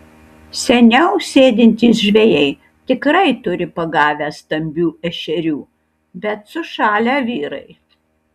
seniau sėdintys žvejai tikrai turi pagavę stambių ešerių bet sušalę vyrai